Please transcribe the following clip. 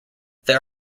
there